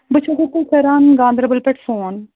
بہٕ چھَس تُہۍ کَران گانٛدَربَل پٮ۪ٹھ فون